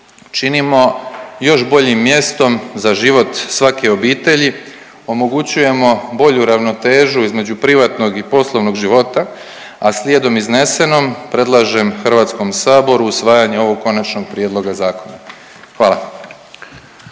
činimo još boljim mjestom za život svake obitelji. Omogućujemo bolju ravnotežu između privatnog i poslovnog života, a slijedom iznesenom predlažem Hrvatskom saboru usvajanje ovog konačnog prijedloga zakona. Hvala.